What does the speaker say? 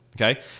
okay